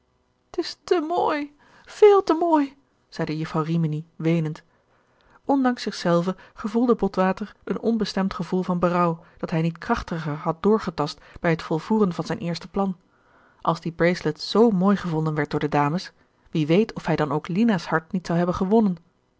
t is te mooi veel te mooi zeide juffrouw rimini weenend ondanks zich zelven gevoelde botwater een onbestemd gevoel van berouw dat hij niet krachtiger had doorgetast bij het volvoeren van zijn eerste plan als die bracelet zoo mooi gevonden werd door de dames wie weet of hij dan ook lina's hart niet zou hebben gewonnen